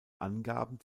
angaben